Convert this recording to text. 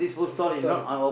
food stall